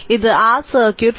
ഇത് r circuit 4